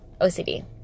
OCD